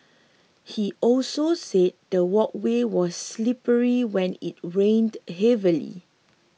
he also said the walkway was slippery when it rained heavily